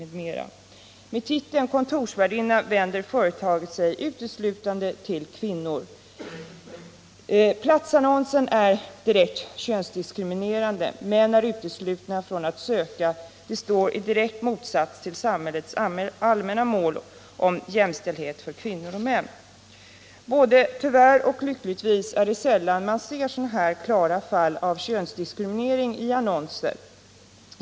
Med titeln kontorsvärdinna vänder sig företaget uteslutande till kvinnor. Platsannonsen är direkt könsdiskriminerande. Män är uteslutna från att söka. Detta står i direkt motsats till samhällets allmänna mål: jämställdhet mellan kvinnor och män. Både tyvärr och lyckligtvis är det sällan man ser sådana här klara fall av könsdiskriminering i annonser.